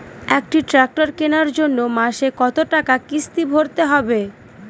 একটি ট্র্যাক্টর কেনার জন্য মাসে কত টাকা কিস্তি ভরতে হবে?